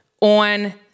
on